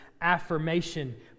affirmation